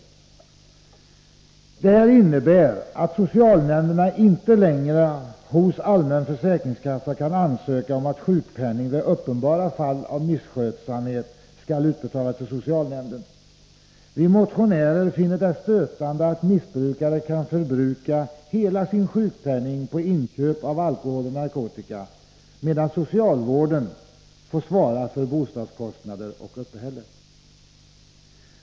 socialnämnderna inte längre hos allmän försäkringskassa kan ansöka om att sjukpenning, vid uppenbara fall av misskötsamhet, skall utbetalas till socialnämnden. Vi motionärer finner det stötande att missbrukare kan förbruka hela sin sjukpenning på inköp av alkohol och narkotika, medan socialvården får svara för bostadskostnader och uppehälle.